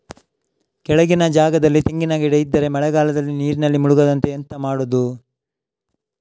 ಕೆಳಗಿನ ಜಾಗದಲ್ಲಿ ತೆಂಗಿನ ಗಿಡ ಇದ್ದರೆ ಮಳೆಗಾಲದಲ್ಲಿ ನೀರಿನಲ್ಲಿ ಮುಳುಗದಂತೆ ಎಂತ ಮಾಡೋದು?